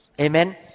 Amen